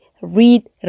read